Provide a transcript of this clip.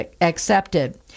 accepted